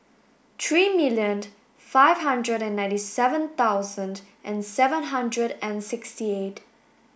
thirty million five hundred ninety seven thousand seven hundred and sixty eight